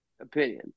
opinion